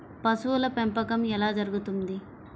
పశువుల పెంపకం ఎలా జరుగుతుంది?